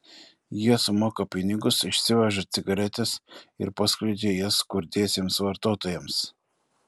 jie sumoka pinigus išsiveža cigaretes ir paskleidžia jas skurdiesiems vartotojams